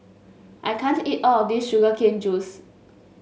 I can't eat all of this Sugar Cane Juice